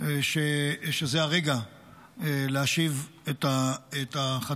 אני סבור שזה הרגע להשיב את החטופים,